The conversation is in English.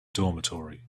dormitory